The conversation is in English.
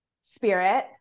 spirit